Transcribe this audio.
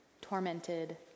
Tormented